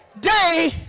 day